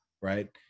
right